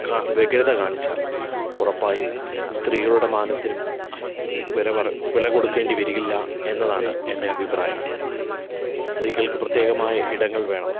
വ്യഗ്രത കാണിച്ചാൽ ഉറപ്പായും സ്ത്രീകളുടെ മാനത്തിനും വില പറ വില കൊടുക്കേണ്ടി വരില്ല എന്നതാണ് എൻ്റെ അഭിപ്രായം സ്ത്രീകൾക്ക് പ്രത്യേകമായി ഇടങ്ങൾ വേണം